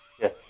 Yes